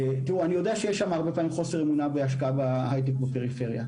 אני יודע שיש הרבה פעמים חוסר אמונה בהשקעה בהייטק בפריפריה.